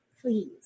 please